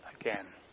again